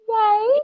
Yay